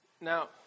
Now